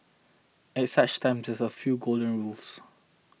at such times there are a few golden rules